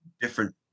different